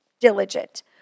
diligent